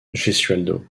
gesualdo